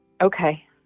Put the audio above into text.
Okay